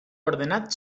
ordenat